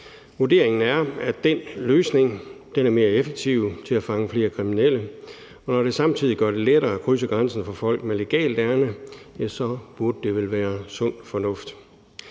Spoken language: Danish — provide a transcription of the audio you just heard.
Vurderingen er, at den løsning er mere effektiv til at fange flere kriminelle, og når det samtidig gør det lettere at krydse grænsen for folk med legalt ærinde, burde det vel være sund fornuft.